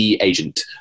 agent